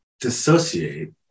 dissociate